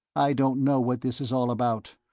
i don't know what this is all about.